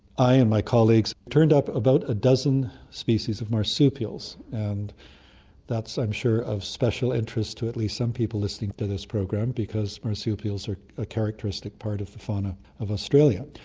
i and my colleagues turned up about a dozen species of marsupials, and that's i'm sure of special interest to at least some people listening to this program because marsupials are a characteristic part of the fauna of australia.